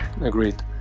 agreed